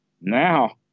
now